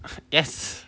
yes